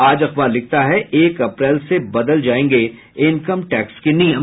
आज अखबार लिखता है एक अप्रैल से बदल जायेंगे इनकम टैक्स के नियम